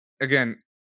again